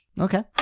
Okay